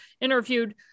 interviewed